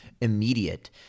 immediate